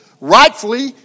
rightfully